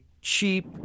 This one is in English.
cheap